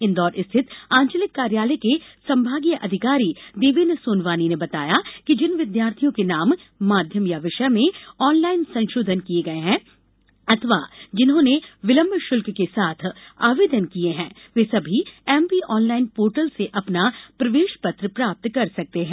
इंदौर स्थित आंचलिक कार्यालय के संभागीय अधिकारी देवेन सोनवानी ने बताया कि जिन विद्यार्थियों के नाम माध्यम या विषय में ऑनलाइन संषोधन किए गए हैं अथवा जिन्होंने विलंब पुल्क के साथ आवेदन किए हैं वे सभी एमपी ऑनलाईन पोर्टल से अपना प्रवेष पत्र प्राप्त कर सकते हैं